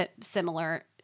similar